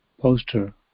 poster